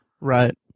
Right